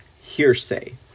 hearsay